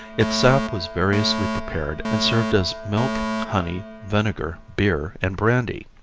its sap was variously prepared and served as milk, honey, vinegar, beer and brandy.